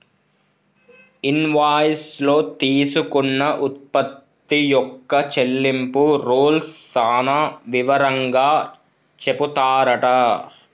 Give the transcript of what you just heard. invoice లో తీసుకున్న ఉత్పత్తి యొక్క చెల్లింపు రూల్స్ సాన వివరంగా చెపుతారట